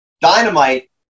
Dynamite